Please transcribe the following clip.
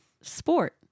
sport